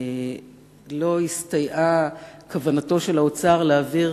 לא הסתייעה כוונתו של שר האוצר להעביר